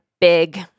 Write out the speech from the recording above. big –